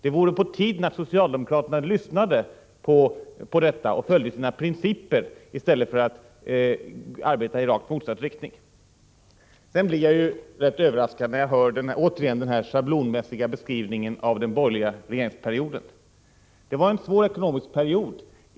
Det vore på tiden att socialdemokraterna lyssnade på detta och följde sina principer i stället för att arbeta i rakt motsatt riktning. Jag blev rätt överraskad när jag åter hörde den schablonmässiga beskrivningen av den borgerliga regeringsperioden. Det var en svår ekonomisk period.